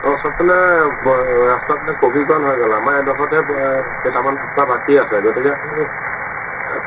অঁ চবফালে ৰাস্তাবিলাক পকীকৰণ হৈ গ'ল আমাৰ এইডখৰতহে কেইটামান ৰাস্তা বাকী আছে গতিকে আমি